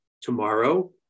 tomorrow